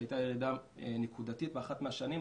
הייתה ירידה נקודתית באחת מהשנים,